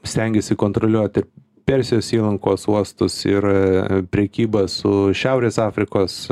stengiasi kontroliuoti persijos įlankos uostus ir prekybą su šiaurės afrikos